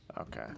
Okay